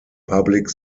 public